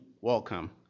welcome